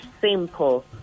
simple